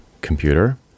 computer